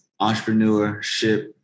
entrepreneurship